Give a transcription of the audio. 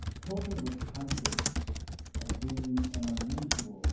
tolton was conscious of being an unusual